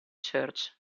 church